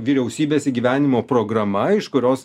vyriausybės įgyvenimo programa iš kurios